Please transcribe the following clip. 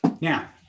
now